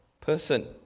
person